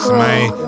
man